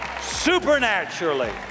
Supernaturally